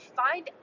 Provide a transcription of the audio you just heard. find